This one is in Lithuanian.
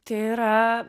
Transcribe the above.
tai yra